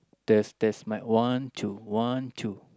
that's that's my want to want to